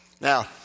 Now